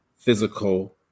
physical